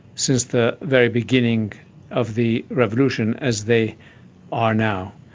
since the very beginning of the revolution, as they are now.